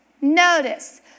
notice